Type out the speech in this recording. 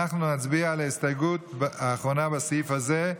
אנחנו נצביע על ההסתייגות האחרונה לסעיף הזה,